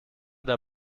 der